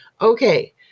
Okay